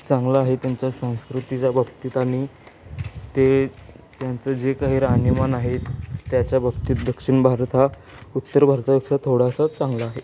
चांगला आहे त्यांच्या संस्कृतीच्या बाबतीत आणि ते त्यांचं जे काही राहणीमान आहेत त्याच्या बाबतीत दक्षिण भारत हा उत्तर भारतापेक्षा थोडासा चांगला आहे